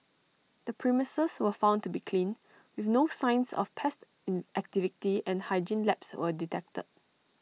the premises was found to be clean with no signs of pest in activity and hygiene lapse were detected